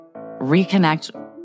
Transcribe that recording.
reconnect